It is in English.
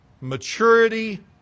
maturity